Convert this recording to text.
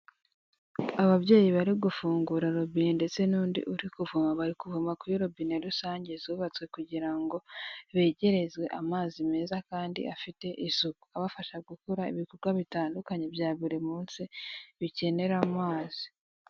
Ababyeyi bari gufungura robine ndetse n'undi urikuvoma. Bari kuvoma kuri robine rusange zubatswe kugira ngo begerezwe amazi meza kandi afite isuku abafasha gukora ibikorwa bitandukanye bya buri munsi bikenera amazi.